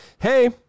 hey